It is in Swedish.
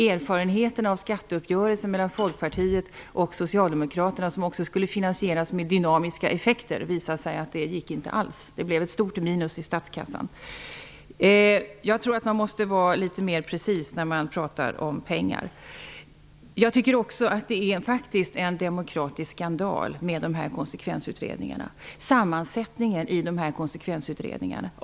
Erfarenheten av skatteuppgörelsen mellan Folkpartiet och Socialdemokraterna, som också skulle finansieras med dynamiska effekter, visade att det inte gick alls. Det blev ett stort minus i statskassan. Jag tror att man måste vara litet mer precis när man pratar om pengar. Jag tycker faktiskt att sammansättningen i de här konsekvensutredningarna är en demokratisk skandal.